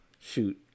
Shoot